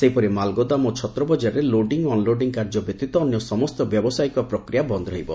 ସେହିପରି ମାଲଗୋଦାମ ଓ ଛତ୍ରବଜାରରେ ଲୋଡିଂ ଓ ଅନ୍ଲୋଡିଂ କାର୍ଯ୍ୟ ବ୍ୟତୀତ ଅନ୍ୟ ସମସ୍ତ ବ୍ୟବସାୟିକ ପ୍ରକ୍ରିୟା ବନ୍ଦ ରହିବ